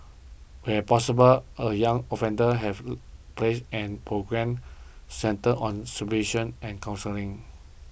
where possible a young offenders have placed an programmes centred on supervision and counselling